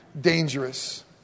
dangerous